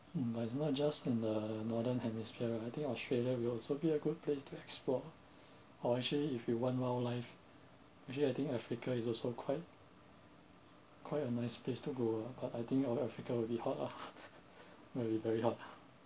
but it's not just in the northern hemisphere I think australia will also be a good place to explore or actually if you want wildlife actually I think africa is also quite quite a nice place to go ah but I think of africa would be hot ah very very hot